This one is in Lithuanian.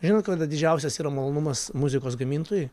žinot kada didžiausias yra malonumas muzikos gamintojui